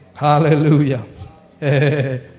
Hallelujah